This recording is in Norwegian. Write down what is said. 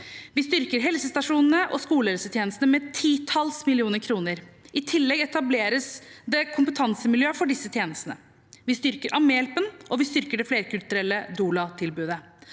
Vi styrker helsestasjonene og skolehelsetjenesten med titalls millioner kroner. I tillegg etableres det kompetansemiljø for disse tjenestene. Vi styrker ammehjelpen, og vi styrker det flerkulturelle doula-tilbudet.